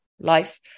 life